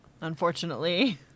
unfortunately